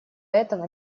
этого